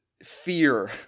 fear